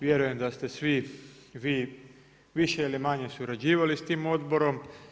Vjerujem da ste svi vi više ili manje surađivali s tim odborom.